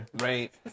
Right